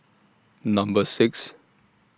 Number six